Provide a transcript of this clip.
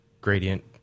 gradient